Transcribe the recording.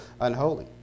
unholy